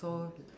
so